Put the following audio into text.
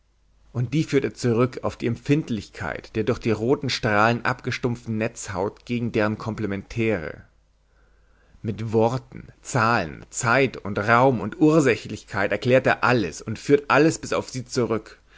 und die führt er zurück auf die empfindlichkeit der durch die roten strahlen abgestumpften netzhaut gegen deren komplementäre mit worten zahlen zeit und raum und ursächlichkeit erklärt er alles und führt alles bis auf sie zurück